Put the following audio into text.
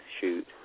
shoot